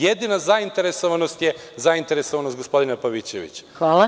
Jedina zainteresovanost je zainteresovanost gospodina Pavićevića.